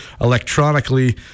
electronically